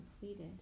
completed